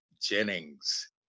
Jennings